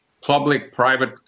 public-private